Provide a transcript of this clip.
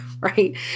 right